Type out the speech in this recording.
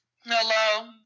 Hello